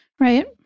Right